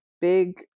big